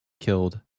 killed